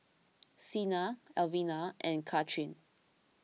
Sina Elvina and Kathryne